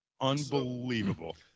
Unbelievable